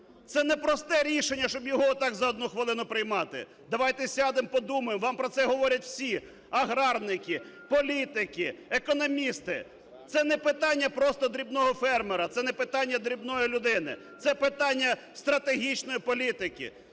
Це непросте рішення, щоб його так за одну хвилину приймати. Давайте сядемо, подумаємо, вам про це говорять всі: аграрники, політики, економісти. Це не питання просто дрібного фермера, це не питання дрібної людини – це питання стратегічної політики.